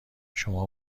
شما